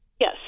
Yes